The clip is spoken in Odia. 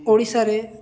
ଓଡ଼ିଶାରେ